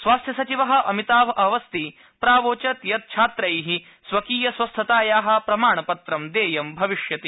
स्वास्थ्यसचिवः अमिताभ अवस्थी प्रावोचद यद छात्रै स्वकीयस्वस्थतायाः प्रमाणपत्र देये भविष्यति